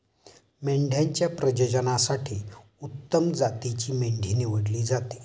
मेंढ्यांच्या प्रजननासाठी उत्तम जातीची मेंढी निवडली जाते